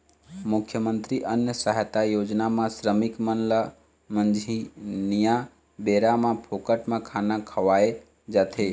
मुख्यमंतरी अन्न सहायता योजना म श्रमिक मन ल मंझनिया बेरा म फोकट म खाना खवाए जाथे